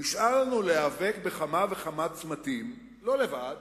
נשאר לנו להיאבק בכמה וכמה צמתים, לא לבד,